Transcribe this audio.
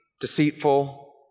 deceitful